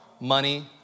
money